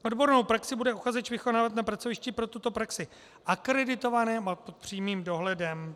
Odbornou praxi bude uchazeč vykonávat na pracovišti pro tuto praxi akreditovaném a pod přímým dohledem.